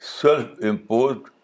self-imposed